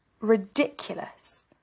ridiculous